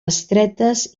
estretes